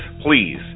please